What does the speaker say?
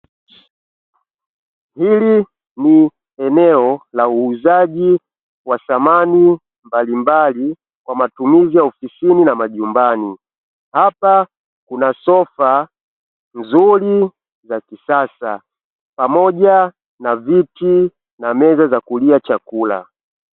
Hili ni eneo la uuzaji wa samani mbalimbali kwa matumizi ya ofisini na majumbani. Hapa kuna sofa nzuri za kisasa, pamoja na viti na meza za kulia chakula.